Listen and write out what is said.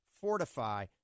Fortify